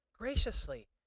graciously